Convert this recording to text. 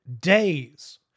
days